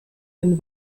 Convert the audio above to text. den